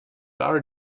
are